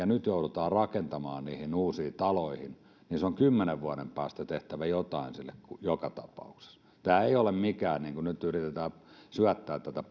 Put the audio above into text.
nyt joudutaan rakentamaan niihin uusiin taloihin kymmenen vuoden päästä on tehtävä jotain joka tapauksessa tämä ei ole niin kuin nyt yritetään syöttää tätä